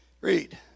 Read